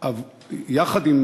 יחד עם,